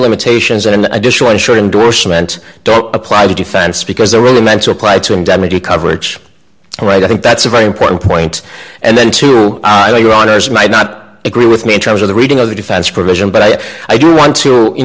limitations on an additional insured indorsement don't apply to defense because they really meant to apply to him dead media coverage all right i think that's a very important point and then to your honor's might not agree with me in terms of the reading of the defense provision but i do want to you